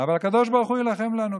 אבל הקדוש ברוך הוא יילחם לנו,